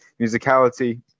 Musicality